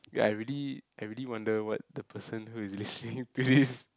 ya I really I really wonder what the person who is listening to this